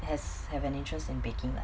has have an interest in baking like